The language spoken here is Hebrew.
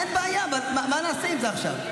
אין בעיה, אבל מה נעשה עם זה עכשיו?